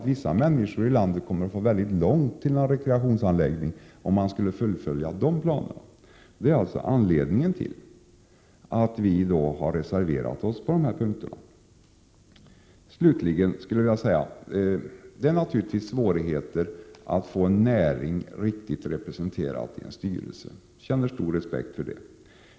Vissa människor i landet kommer att få väldigt långt till en rekreationsanläggning, om man skulle fullfölja planerna. Det är anledningen till att vi har reserverat oss på de här punkterna. Slutligen skulle jag vilja säga att det naturligtvis är svårt att få en näring riktigt representerad i en styrelse. Jag känner stor respekt för det.